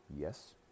yes